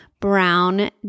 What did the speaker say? brown